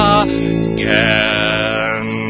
again